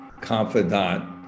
confidant